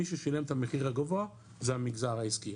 מי ששילם את המחיר הגבוה זה המגזר העסקי.